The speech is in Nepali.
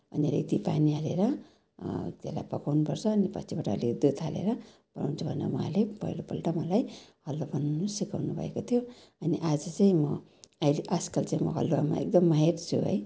भनेर यति पानी हालेर त्यसलाई पकाउनुपर्छ अनि पछिबाट अलिअलि दुध हालेर बनाउनुपर्छ भनेर उहाँले पहिलोपल्ट मलाई हलु बनाउनु सिकाउनु भएकोथियो अनि आज चाहिँ म अहिले आजकल चाहिँ म हलुवामा एकदम माहिर छु है